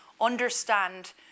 understand